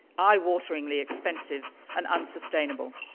eye wateringly expensive and unsustainable.